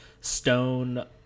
stone